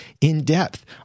in-depth